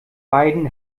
beiden